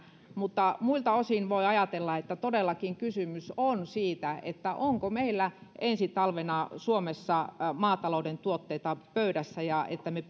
mutta muilta osin voi ajatella että todellakin kysymys on siitä onko meillä ensi talvena suomessa maatalouden tuotteita pöydässä ja siitä että me